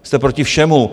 Vy jste proti všemu.